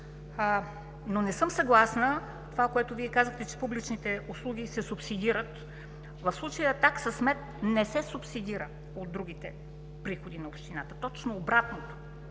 Не съм съгласна с това, което Вие казахте, че публичните услуги се субсидират. В случая такса смет не се субсидира от другите приходи на общината, точно обратното.